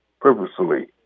purposefully